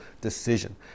decision